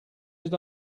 did